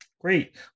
great